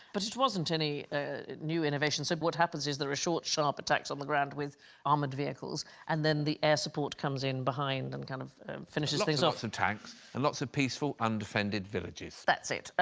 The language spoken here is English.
but it wasn't any ah new innovation so what happens is there are short sharp attacks on the ground with armored vehicles and then the air support comes in behind and kind of finishes things off some tanks and lots of peaceful undefended villages that's it.